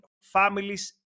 families